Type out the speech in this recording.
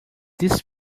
this